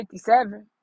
57